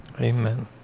Amen